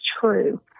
true